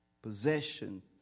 Possession